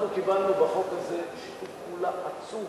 אנחנו קיבלנו בחוק הזה שיתוף פעולה עצום